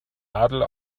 adel